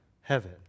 heaven